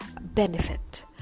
benefit